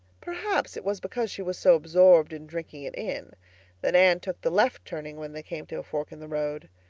perhaps it was because she was so absorbed in drinking it in that anne took the left turning when they came to a fork in the road.